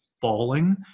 falling